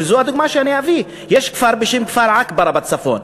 וזו הדוגמה שאני אביא: יש כפר בשם כפר עכברה בצפון,